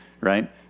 right